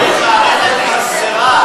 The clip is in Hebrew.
זאת מערכת חסרה.